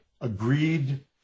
agreed